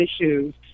issues